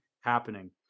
happening